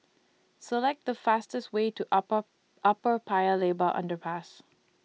Select The fastest Way to Upper Upper Paya Lebar Underpass